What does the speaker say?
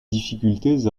difficultés